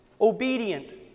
Obedient